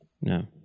No